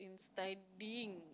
in studying